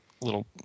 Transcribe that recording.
little